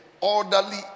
orderly